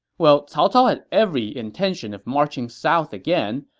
well, cao cao had every intention of marching south again,